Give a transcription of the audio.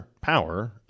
power